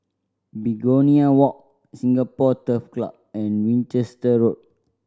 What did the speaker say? Begonia Walk Singapore Turf Club and Winchester Road